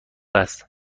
است